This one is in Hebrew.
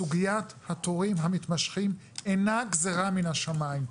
סוגיית התורים המתמשכים אינה גזרה מן השמיים.